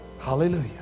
Hallelujah